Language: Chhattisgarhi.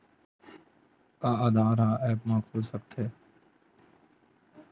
का आधार ह ऐप म खुल सकत हे?